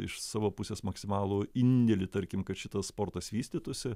iš savo pusės maksimalų indėlį tarkim kad šitas sportas vystytųsi